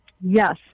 Yes